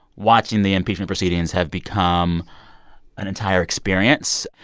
watching the impeachment proceedings have become an entire experience.